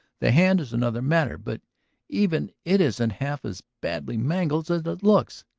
the hand is another matter but even it isn't half as badly mangled as it looks.